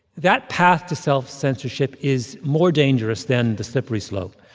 that path to self-censorship is more dangerous than the slippery slope.